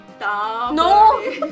no